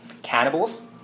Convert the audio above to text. Cannibals